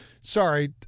sorry